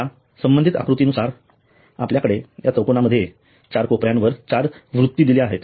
आता संबंधित आकृतीनुसार आपल्याकडे या चौकोनामध्ये चार कोपऱ्यांवर चार वृत्ती दिल्या आहेत